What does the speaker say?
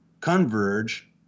converge